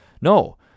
No